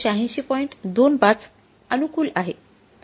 २५ अनुकूल आहे